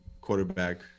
quarterback